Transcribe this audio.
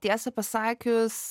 tiesą pasakius